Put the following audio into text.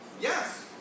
Yes